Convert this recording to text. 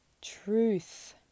truth